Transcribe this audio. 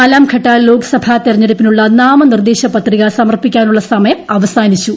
നാലാം ഘട്ട ലോക്സഭ തെരഞ്ഞെടുപ്പിനുള്ള നാമനിർദ്ദേക പത്രിക സമർപ്പിക്കാനുള്ള സമയം അവസാനിച്ചു